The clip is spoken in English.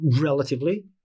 Relatively